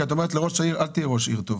את אומרת לראש העיר: אל תהיה ראש עיר טוב.